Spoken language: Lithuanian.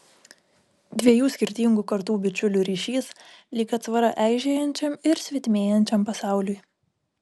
dviejų skirtingų kartų bičiulių ryšys lyg atsvara eižėjančiam ir svetimėjančiam pasauliui